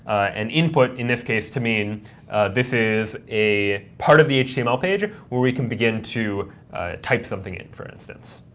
an input in this case, to mean this is a part of the html page where we can begin to type something in, for instance.